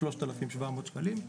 3,700 שקלים.